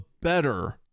better